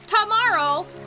tomorrow